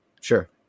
Sure